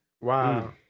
Wow